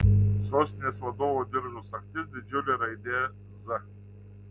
sostinės vadovo diržo sagtis didžiulė raidė z